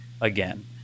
again